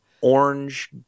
orange